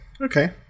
Okay